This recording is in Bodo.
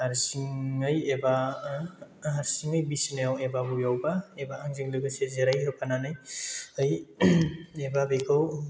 हारसिङै एबा हारसिङै बिसनायाव एबा बबेयावबा एबा आंजों लोगोसे जिरायहोफानानै एबा बिखौ